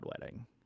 wedding